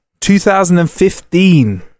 2015